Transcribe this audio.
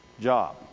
job